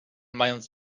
mając